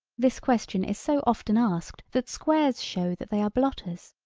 this question is so often asked that squares show that they are blotters.